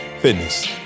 Fitness